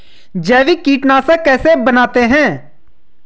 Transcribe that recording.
जैविक कीटनाशक कैसे बनाते हैं?